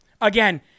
again